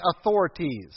authorities